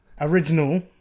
Original